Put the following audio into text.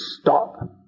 stop